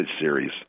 series